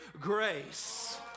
grace